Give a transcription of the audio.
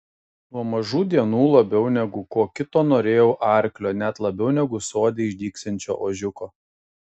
nuo mažų dienų labiau negu ko kito norėjau arklio net labiau negu sode išdygsiančio ožiuko